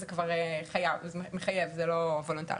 זה קיים וזה מחייב זה לא וולונטרי.